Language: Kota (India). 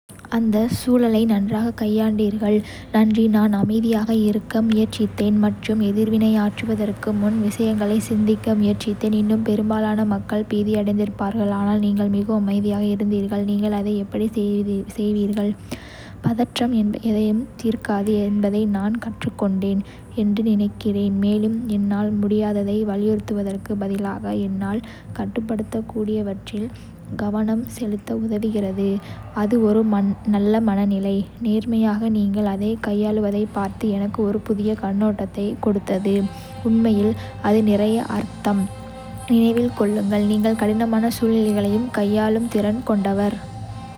அந்தச் சூழலை நன்றாகக் கையாண்டீர்கள். நன்றி, நான் அமைதியாக இருக்க முயற்சித்தேன் மற்றும் எதிர்வினையாற்றுவதற்கு முன் விஷயங்களைச் சிந்திக்க முயற்சித்தேன். இன்னும், பெரும்பாலான மக்கள் பீதியடைந்திருப்பார்கள், ஆனால் நீங்கள் மிகவும் அமைதியாக இருந்தீர்கள். நீங்கள் அதை எப்படி செய்வீர்கள். பதற்றம் எதையும் தீர்க்காது என்பதை நான் கற்றுக்கொண்டேன் என்று நினைக்கிறேன். மேலும், என்னால் முடியாததை வலியுறுத்துவதற்குப் பதிலாக என்னால் கட்டுப்படுத்தக்கூடியவற்றில் கவனம் செலுத்த உதவுகிறது. அது ஒரு நல்ல மனநிலை. நேர்மையாக, நீங்கள் அதைக் கையாளுவதைப் பார்ப்பது எனக்கு ஒரு புதிய கண்ணோட்டத்தைக் கொடுத்தது. உண்மையில்? அது நிறைய அர்த்தம். நினைவில் கொள்ளுங்கள், நீங்கள் கடினமான சூழ்நிலைகளையும் கையாளும் திறன் கொண்டவர்.